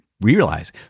realize